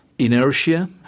inertia